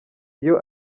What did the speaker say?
iyo